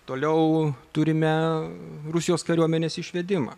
toliau turime rusijos kariuomenės išvedimą